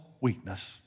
weakness